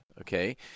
okay